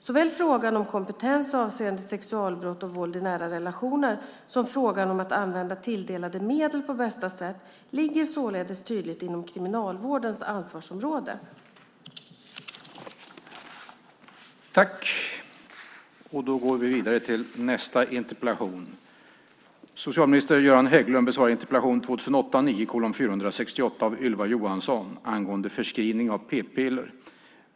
Såväl frågan om kompetens avseende sexualbrott och våld i nära relationer som frågan om att använda tilldelade medel på bästa sätt ligger således tydligt inom Kriminalvårdens ansvarsområde. Då Alice Åström, som framställt interpellationen, anmält att hon var förhindrad att närvara vid sammanträdet förklarade talmannen överläggningen avslutad.